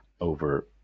over